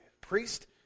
priest